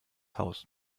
haus